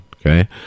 okay